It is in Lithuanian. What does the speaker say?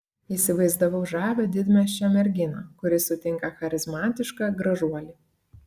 įsivaizdavau žavią didmiesčio merginą kuri sutinka charizmatišką gražuolį